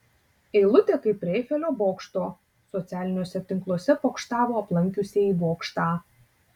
eilutė kaip prie eifelio bokšto socialiniuose tinkluose pokštavo aplankiusieji bokštą